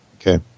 Okay